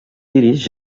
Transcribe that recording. iris